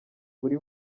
buri